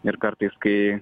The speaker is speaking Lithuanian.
ir kartais kai